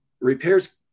repairs